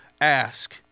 ask